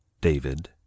David